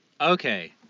Okay